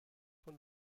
von